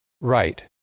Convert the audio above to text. Right